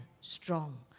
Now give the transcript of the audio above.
strong